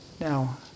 Now